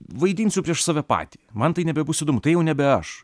vaidinsiu prieš save patį man tai nebebus įdomu tai jau nebe aš